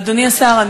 אדוני השר,